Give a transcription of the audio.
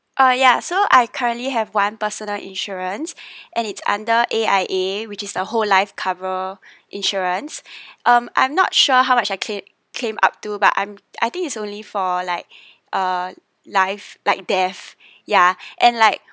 oh ya so I currently have one personal insurance and it's under A_I_A which is a whole life cover insurance um I'm not sure how much I claim claim up to but I'm I think is only for like uh life like death ya and like